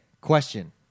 question